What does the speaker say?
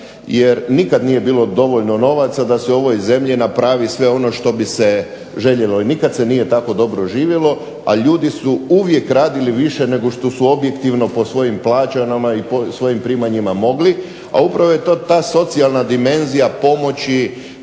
jer nikad nije bilo dovoljno novaca da se u ovoj zemlji napravi sve ono što bi se željelo i nikad se nije tako dobro živjelo, a ljudi su uvijek radili više nego što su objektivno po svojim plaćama i po svojim primanjima mogli. A upravo je ta socijalna dimenzija pomoći